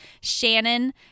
Shannon